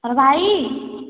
hello ଭାଇ